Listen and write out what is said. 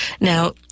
Now